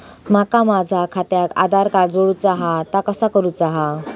माका माझा खात्याक आधार कार्ड जोडूचा हा ता कसा करुचा हा?